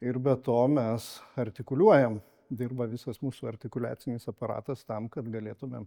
ir be to mes artikuliuojam dirba visas mūsų artikuliacinis aparatas tam kad galėtumėm